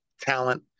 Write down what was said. talent